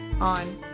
on